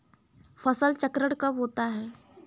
फसल चक्रण कब होता है?